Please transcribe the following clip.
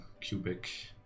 cubic